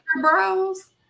bros